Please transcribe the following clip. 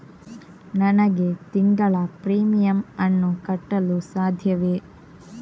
ನನಗೆ ತಿಂಗಳ ಪ್ರೀಮಿಯಮ್ ಅನ್ನು ಕಟ್ಟಲು ಸಾಧ್ಯವೇ?